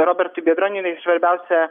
robertui biedroniui svarbiausia